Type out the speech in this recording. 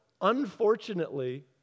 unfortunately